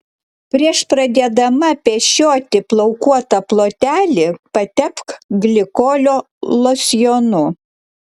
prieš pradėdama pešioti plaukuotą plotelį patepk glikolio losjonu